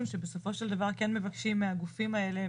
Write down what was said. שבסופו של דבר כן מבקשים מהגופים האלה,